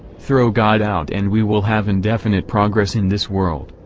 throw god out and we will have indefinite progress in this world.